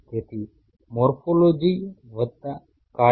તેથી મોર્ફોલોજી વત્તા કાર્ય